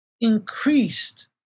increased